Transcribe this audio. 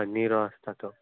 निरो आसता तो